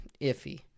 iffy